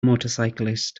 motorcyclist